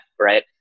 right